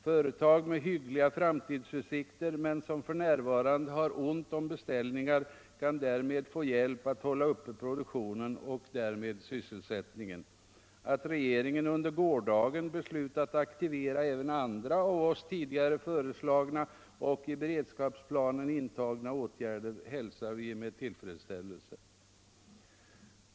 Företag med hyggliga framtidsutsikter men som f.n. har ont om beställningar kan därmed få hjälp att hålla uppe produktionen och därmed sysselsättningen. Att regeringen under gårdagen beslutat aktivera även andra av oss tidigare föreslagna och i beredskapsplanen intagna åtgärder hälsar vi med tillfredsställelse.